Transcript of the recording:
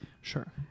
Sure